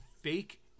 fake